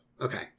Okay